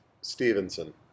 Stevenson